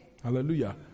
Hallelujah